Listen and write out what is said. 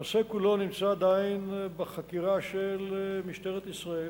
הנושא כולו נמצא עדיין בחקירה של משטרת ישראל,